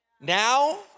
Now